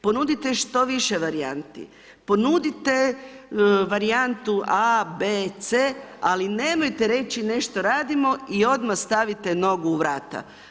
Ponudite što više varijanti, ponudite varijantu a, b, c ali nemojte reći nešto radimo i odmah stavite nogu u vrata.